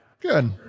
Good